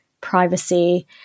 privacy